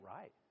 right